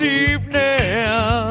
evening